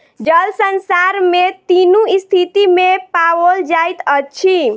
जल संसार में तीनू स्थिति में पाओल जाइत अछि